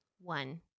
One